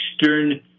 eastern